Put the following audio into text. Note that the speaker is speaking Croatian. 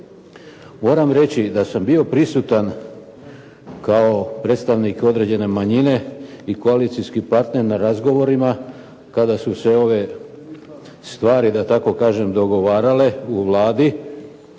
Moram reći da sam bio prisutan kao predstavnik određene manjine i koalicijski partner na razgovorima kada su se ove stvari, da tako kažem, dogovarale u Vladi